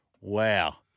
Wow